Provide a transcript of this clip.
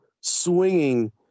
swinging